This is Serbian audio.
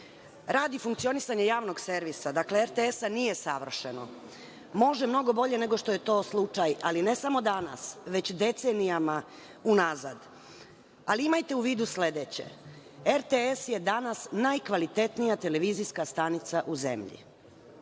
funkcionisanja javnog servisa, dakle RTS, nije savršeno. Može mnogo bolje nego što je to slučaj, ali ne samo danas, već decenijama unazad. Imajte u vidu sledeće, RTS je danas najkvalitetnija televizijska stanica u zemlji.